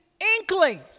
inkling